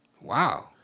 Wow